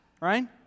right